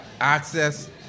access